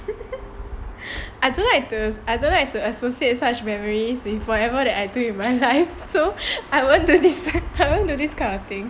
I don't like to I don't like to associate such memories with whatever I do with my life so I won't to do this kind of thing